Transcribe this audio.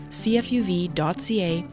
CFUV.ca